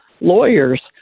lawyers